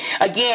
Again